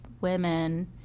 women